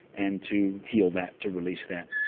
and to heal that, to release that,